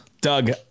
Doug